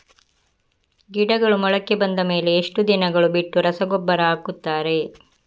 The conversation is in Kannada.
ಗಿಡಗಳು ಮೊಳಕೆ ಬಂದ ಮೇಲೆ ಎಷ್ಟು ದಿನಗಳು ಬಿಟ್ಟು ರಸಗೊಬ್ಬರ ಹಾಕುತ್ತಾರೆ?